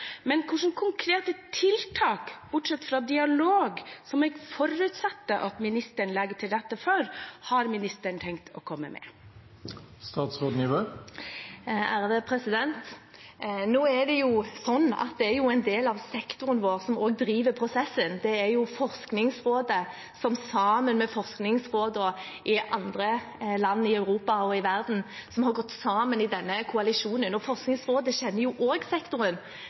Men hva slags konkrete tiltak bortsett fra dialog, som jeg forutsetter at statsråden legger til rette for, har hun tenkt å komme med? Nå er det en del av sektoren vår som driver prosessen. Det er Forskningsrådet, og det har, sammen med forskningsråd i andre land i Europa og resten av verden, gått sammen i denne koalisjonen. Forskningsrådet kjenner også sektoren godt og